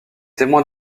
témoins